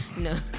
No